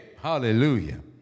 Hallelujah